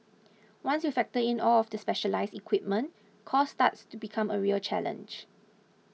once you factor in all of the specialised equipment cost starts to become a real challenge